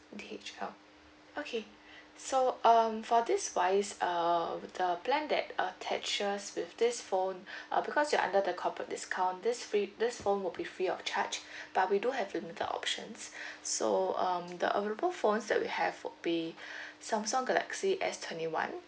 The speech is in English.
okay check up okay so um for this wise uh the plan that attaches with this phone uh because you're under the corporate discount this free this phone will be free of charge but we do have limited options so um the available phones that we have would be Samsung galaxy S twenty one